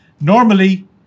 Normally